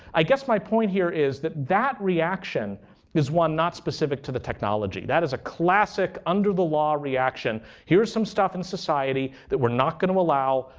i guess my point here is that that reaction is one not specific to the technology. that is a classic under-the-law reaction. here's some stuff in society that we're not going to allow.